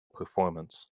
performance